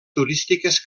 turístiques